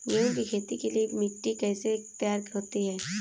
गेहूँ की खेती के लिए मिट्टी कैसे तैयार होती है?